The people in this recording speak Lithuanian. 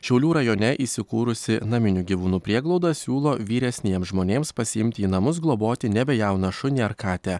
šiaulių rajone įsikūrusi naminių gyvūnų prieglauda siūlo vyresniems žmonėms pasiimti į namus globoti nebejauną šunį ar katę